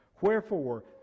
Wherefore